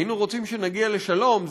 היינו רוצים שנגיע לשלום,